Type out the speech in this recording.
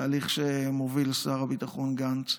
בתהליך שמוביל שר הביטחון גנץ,